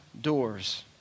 doors